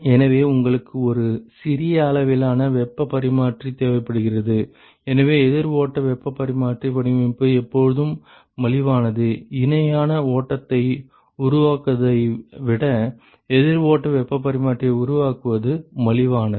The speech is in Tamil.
எனவே உங்களுக்கு ஒரு சிறிய அளவிலான வெப்பப் பரிமாற்றி தேவைப்படுகிறது எனவே எதிர் ஓட்ட வெப்பப் பரிமாற்றி வடிவமைப்பு எப்போதும் மலிவானது இணையான ஓட்டத்தை உருவாக்குவதை விட எதிர் ஓட்ட வெப்பப் பரிமாற்றியை உருவாக்குவது மலிவானது